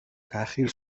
تاخیر